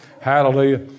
Hallelujah